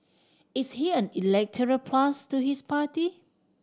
is he an electoral plus to his party